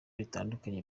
bitandukanye